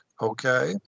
okay